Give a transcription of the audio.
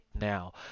now